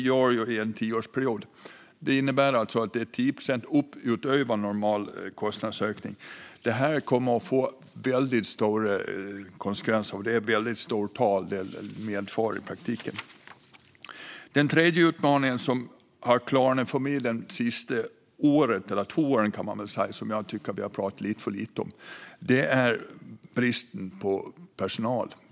Detta innebär 10 procent mer än normal kostnadsökning. Det kommer att få väldigt stora konsekvenser och medför i praktiken ett väldigt stort tal. Den tredje utmaningen, som har klarnat för mig under de senaste två åren och som jag tycker att vi har pratat lite för lite om, är bristen på personal.